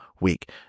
week